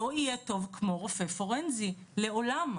לא יהיה טוב כמו רופא פורנזי, לעולם.